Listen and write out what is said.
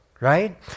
right